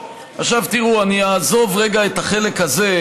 עכשיו, תראו, אני אעזוב רגע את החלק הזה,